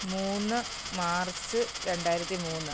മൂന്ന് മാർച്ച് രണ്ടായിരത്തി മൂന്ന്